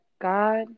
God